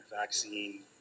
vaccine